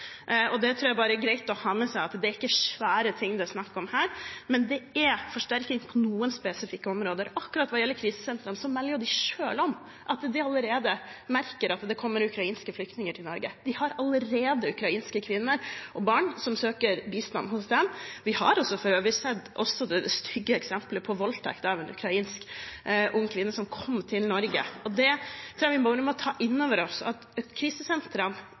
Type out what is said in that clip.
Det tror jeg bare er greit å ha med seg, at det er ikke store ting det er snakk om her, men det er forsterking på noen spesifikke områder. Akkurat når det gjelder krisesentrene, melder de selv om at de allerede merker at det kommer ukrainske flyktninger til Norge. De har allerede ukrainske kvinner og barn som søker bistand hos dem. Vi har for øvrig også sett det stygge eksempelet på voldtekt av en ung ukrainsk kvinne som kom til Norge. Jeg tror vi må ta innover oss at krisesentrene,